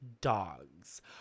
dogs